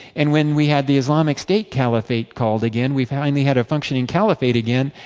and when we had the islamic state caliphate called again, we finally had a functioning caliphate, again.